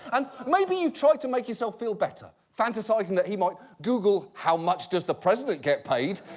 and maybe you've tried to make yourself feel better, fantasizing that he might google how much does the president get paid,